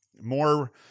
More